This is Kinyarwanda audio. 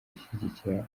gushyigikira